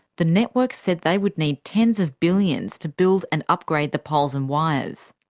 the networks said they would need tens of billions to build and upgrade the poles and wires.